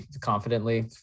confidently